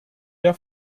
der